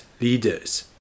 leaders